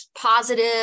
positive